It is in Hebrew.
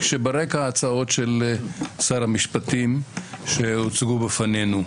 כשברקע הצעות של שר המשפטים שהוצגו בפנינו.